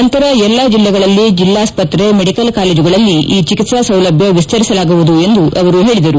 ನಂತರ ಎಲ್ಲ ಜಿಲ್ಲೆಗಳಲ್ಲಿ ಜಿಲ್ಲಾಸ್ಪತ್ರೆ ಮೆಡಿಕಲ್ ಕಾಲೇಜುಗಳಲ್ಲಿ ಈ ಚಿಕಿತ್ಸಾ ಸೌಲಭ್ಯ ವಿಸ್ತರಿಸಲಾಗುವುದು ಎಂದು ಹೇಳಿದರು